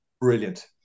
brilliant